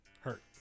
Hurt